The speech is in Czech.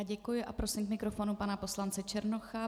Děkuji a prosím k mikrofonu pana poslance Černocha.